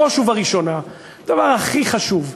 בראש ובראשונה, הדבר הכי חשוב,